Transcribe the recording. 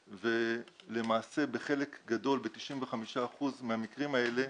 ולמעשה בחלק גדול, ב-95% מהמקרים האלה,